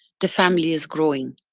the family is growing.